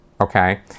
okay